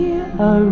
-a